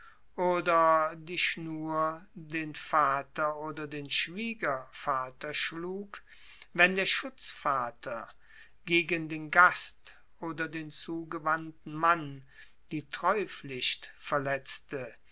oder die schnur den vater oder den schwiegervater schlug wenn der schutzvater gegen den gast oder den zugewandten mann die treupflicht verletzte